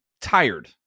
tired